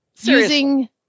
Using